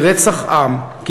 כי רצח עם,